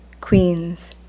Queens